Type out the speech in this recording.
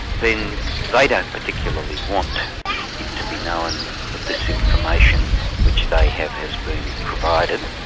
then they don't particularly want it to be known that this information which they have has been provided,